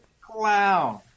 Clown